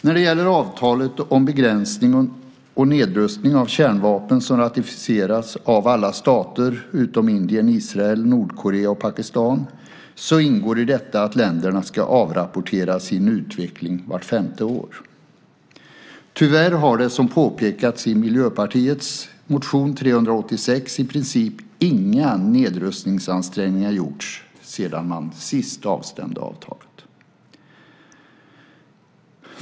När det gäller avtalet om begränsning och nedrustning av kärnvapen, som ratificerats av alla stater utom Indien, Israel, Nordkorea och Pakistan, ingår i detta att länderna ska avrapportera sin utveckling vart femte år. Tyvärr har, som påpekats i Miljöpartiets motion U386, i princip inga nedrustningsansträngningar gjorts sedan man sist avstämde avtalet.